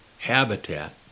habitat